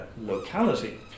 locality